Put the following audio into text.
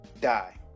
die